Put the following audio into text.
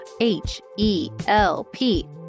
H-E-L-P